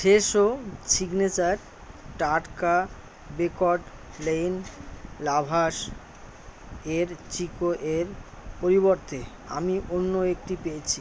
Fresho signature টাটকা baked plain lavash এর চিকো এর পরিবর্তে আমি অন্য একটি পেয়েছি